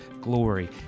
glory